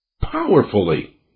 powerfully